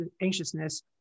anxiousness